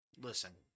Listen